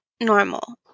normal